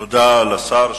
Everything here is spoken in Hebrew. תודה לשר.